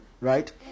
Right